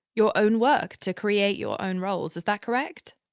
your own work, to create your own roles. is that correct?